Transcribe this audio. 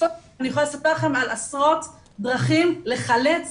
אני יכולה לספר לכם על עשרות דרכים לחלץ